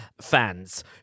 fans